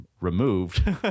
removed